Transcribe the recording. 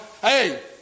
Hey